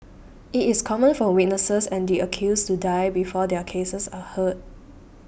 it is common for witnesses and the accused to die before their cases are heard